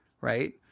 right